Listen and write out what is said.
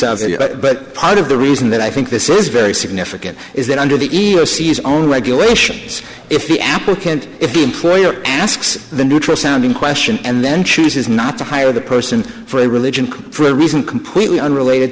of part of the reason that i think this is very significant is that under the e e o c is only regulations if the applicant if the employer asks the neutral sounding question and then chooses not to hire the person for a religion for a reason completely unrelated